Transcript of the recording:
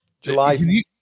July